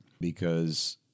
because-